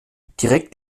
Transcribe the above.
direkt